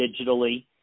digitally